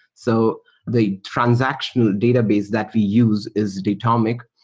so the transactional database that we use is datomic.